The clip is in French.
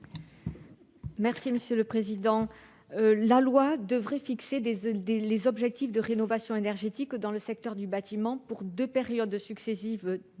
est à Mme Viviane Artigalas. La loi devra fixer les objectifs de rénovation énergétique dans le secteur du bâtiment pour deux périodes successives de cinq